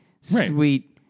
sweet